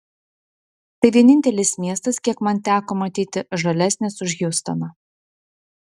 tai vienintelis miestas kiek man teko matyti žalesnis už hjustoną